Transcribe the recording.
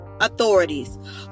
authorities